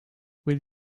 will